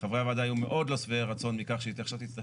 חברי הוועדה היו מאוד לא שבעי רצון מכך שהיא עכשיו תצטרך